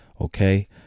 Okay